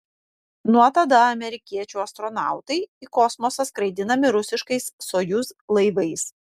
nuo tada amerikiečių astronautai į kosmosą skraidinami rusiškais sojuz laivais